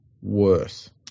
worse